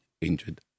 injured